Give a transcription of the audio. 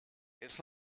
its